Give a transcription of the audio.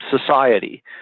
society